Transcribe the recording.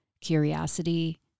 curiosity